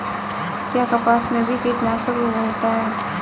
क्या कपास में भी कीटनाशक रोग होता है?